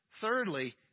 Thirdly